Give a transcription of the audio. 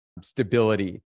stability